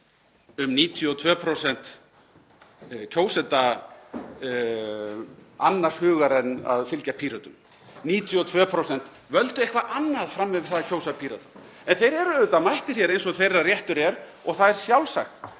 um 92% kjósenda annars hugar en að fylgja Pírötum. 92% völdu eitthvað annað fram yfir það að kjósa Pírata, en þeir eru mættir hér eins og þeirra réttur er og það er sjálfsagt